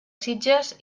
sitges